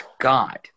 God